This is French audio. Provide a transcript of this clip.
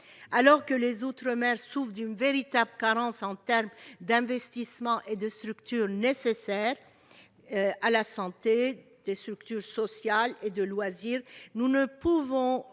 Alors que les outre-mer souffrent d'une véritable carence en termes d'investissements et de structures sanitaires, sociales et de loisirs, nous ne pouvons